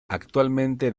actualmente